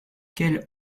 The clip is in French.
quel